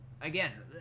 again